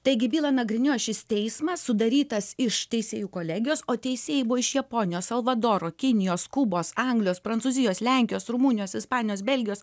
taigi bylą nagrinėjo šis teismas sudarytas iš teisėjų kolegijos o teisėjai buvo iš japonijos salvadoro kinijos kubos anglijos prancūzijos lenkijos rumunijos ispanijos belgijos